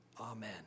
Amen